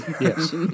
Yes